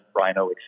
rhino